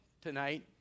tonight